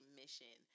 mission